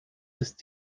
ist